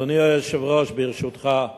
אדוני היושב-ראש, ברשותך,